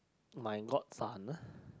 my godson